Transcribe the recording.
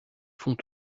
font